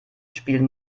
spielen